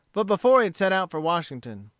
but before he had set out for washington.